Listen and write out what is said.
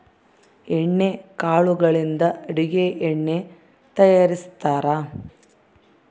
ಎಣ್ಣೆ ಕಾಳುಗಳಿಂದ ಅಡುಗೆ ಎಣ್ಣೆ ತಯಾರಿಸ್ತಾರಾ